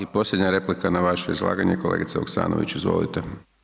I posljednja replika na vaše izlaganje kolegice Vuksanović izvolite.